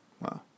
Wow